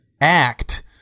act